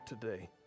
today